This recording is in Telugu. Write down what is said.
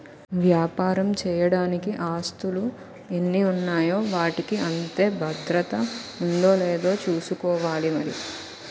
వ్యాపారం చెయ్యడానికి ఆస్తులు ఎన్ని ఉన్నాయో వాటికి అంతే భద్రత ఉందో లేదో చూసుకోవాలి మరి